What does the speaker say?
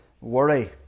worry